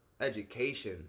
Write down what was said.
education